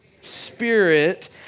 Spirit